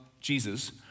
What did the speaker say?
Jesus